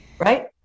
right